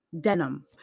denim